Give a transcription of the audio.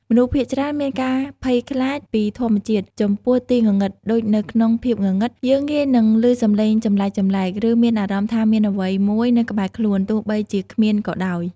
មនុស្សភាគច្រើនមានការភ័យខ្លាចពីធម្មជាតិចំពោះទីងងឹតដូចនៅក្នុងភាពងងឹត យើងងាយនឹងឮសំឡេងចម្លែកៗ ឬមានអារម្មណ៍ថាមានអ្វីមួយនៅក្បែរខ្លួន ទោះបីជាគ្មានក៏ដោយ ។